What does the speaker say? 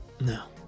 No